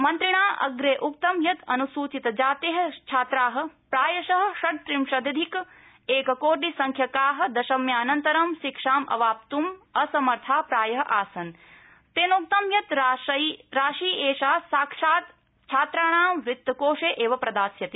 मन्त्रिणा अप्रे उक्तं यत् अनुसूचितजाते छात्रा प्रायश षड्रिंशदधिक एककोटी संख्यका दशम्यानन्तरं शिक्षामवाप्तुम् असमर्था प्राय आसन तेनोक्तं यत् राश्यैषा साक्षात् छात्राणां वित्तकोषे एव प्रदास्यते